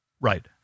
Right